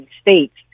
states